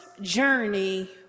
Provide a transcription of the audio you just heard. Journey